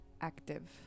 active